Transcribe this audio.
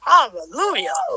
Hallelujah